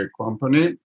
company